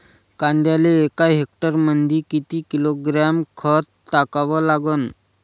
कांद्याले एका हेक्टरमंदी किती किलोग्रॅम खत टाकावं लागन?